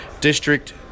District